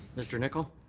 mr. nicol.